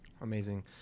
Amazing